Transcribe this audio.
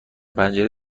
پنجره